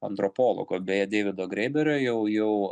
antropologo beje deivido greiberio jau jau